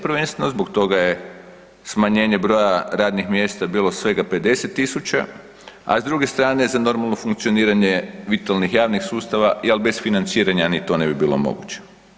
Prvenstveno zbog toga je smanjenje broja radnih mjesta bilo svega 50 000, a s druge strane za normalno funkcioniranje vitalnih javnih sustava ali bez financiranja ni to ne bi bilo moguće.